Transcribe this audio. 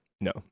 No